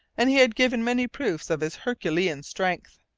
and he had given many proofs of his herculean strength.